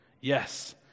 Yes